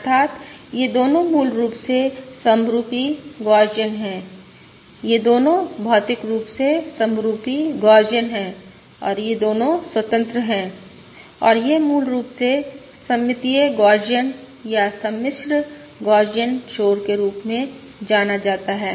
अर्थात् ये दोनों मूल रूप से समरुपी गौसियन हैं ये दोनों भौतिक रूप से समरुपी गौसियन हैं और ये दोनों स्वतंत्र हैं और यह मूल रूप से सममितीय गौसियन या सम्मिश्र गौसियन शोर के रूप में जाना जाता है